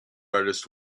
artist